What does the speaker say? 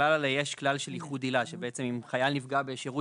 ככלל יש כלל של איחוד עילה: אם חייל נפגע בשירות